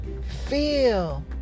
Feel